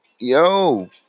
Yo